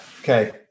okay